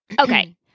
Okay